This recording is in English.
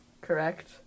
correct